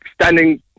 standing